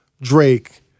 Drake